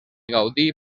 gaudí